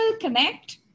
connect